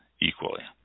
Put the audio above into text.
equally